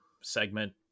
segment